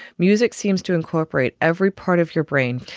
music seems to incorporate every part of your brain,